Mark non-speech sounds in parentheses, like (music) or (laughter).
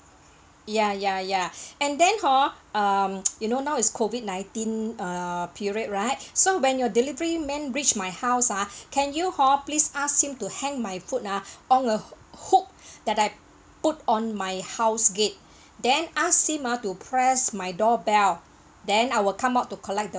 ya ya ya and then hor um (noise) you know now is COVID nineteen err period right so when your delivery man reach my house ah can you hor please ask him to hang my food ah on a hook that I put on my house gate then ask him ah to press my doorbell then I will come out to collect the